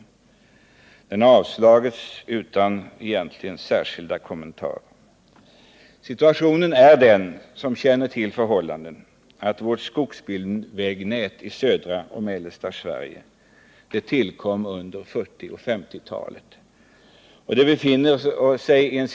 Motionen har avstyrkts av utskottet, egentligen utan särskilda kommentarer. Den som känner till förhållandena vet att vårt skogsbilvägnät i södra och mellersta Sverige tillkom under 1940 och 1950-talen.